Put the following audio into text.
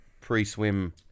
pre-swim